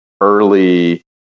early